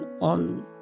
on